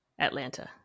Atlanta